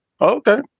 Okay